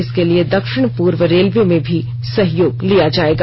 इसके लिए दक्षिण पूर्व रेलवे में भी सहयोग लिया जाएगा